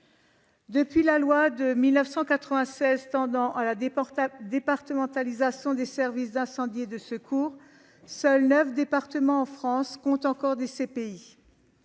Depuis la loi du 3 mai 1996 tendant à la départementalisation des services d'incendie et de secours, seuls neuf départements en France comptent encore des CPI.